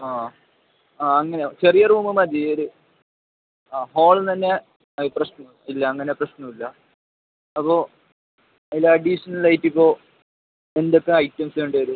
ആ ആ അങ്ങനെ ചെറിയ റൂമ് മതി ഒരു ആ ഹോളുന്നന്നെ ആ പ്രശ്നം ഇല്ല അങ്ങനെ പ്രശ്നംല്ല അപ്പോൾ അതിൽ അഡീഷണലായിട്ടിപ്പോൾ എന്തൊക്കെ ഐറ്റംസ് വേണ്ടി വരും